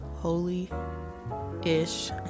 holy-ish